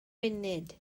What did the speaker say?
funud